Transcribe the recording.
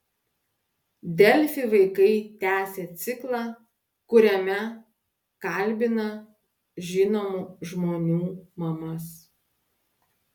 delfi vaikai tęsia ciklą kuriame kalbina žinomų žmonių mamas